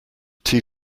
tea